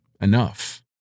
enough